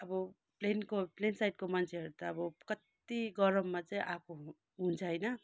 अब प्लेनको प्लेन साइडको मान्छेहरू त अब कति गरममा चाहिँ आएको हुन्छ होइन